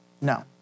no